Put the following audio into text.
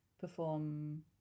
perform